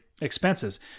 expenses